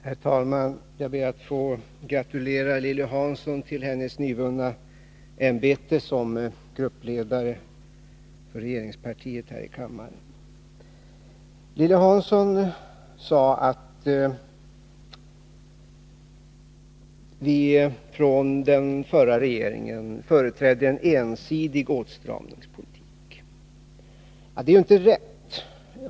Herr talman! Jag ber att få gratulera Lilly Hansson till hennes nyvunna befattning som gruppledare för regeringspartiet. Lilly Hansson sade att den förra regeringen företrädde en ensidig åtstramningspolitik. Det är ju inte riktigt.